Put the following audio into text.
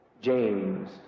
James